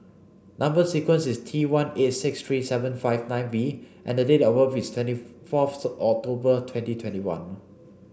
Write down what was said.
number sequence is T one eight six three seven five nine V and date of birth is twenty fourth October twenty twenty one